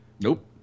Nope